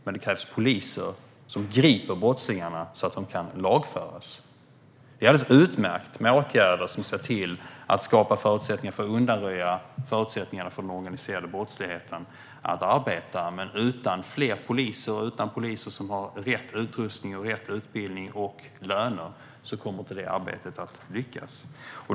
Men det krävs poliser som griper brottslingarna så att de kan lagföras. Det är alldeles utmärkt med åtgärder som ser till att skapa förutsättningar för att undanröja förutsättningarna för den organiserade brottsligheten att arbeta. Men utan fler poliser och utan poliser som har rätt utrustning, rätt utbildning och rätta löner kommer det arbetet inte att lyckas.